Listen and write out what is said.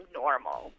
normal